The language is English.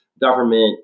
government